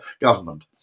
government